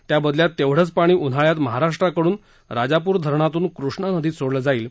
त्या बदल्यात तेवढंच पाणी उन्हाळ्यात महाराष्ट्राकडून राजापूर धरणातून कृष्णा नदीत सोडलं जाईल